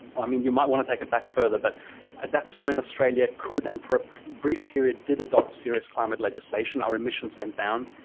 i mean, you might want to take it back further, but that's when australia could and for a brief period did, adopt serious climate legislation, our emissions went down.